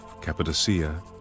Cappadocia